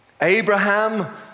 Abraham